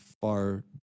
far